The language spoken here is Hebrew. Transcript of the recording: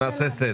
בואו נעשה סדר.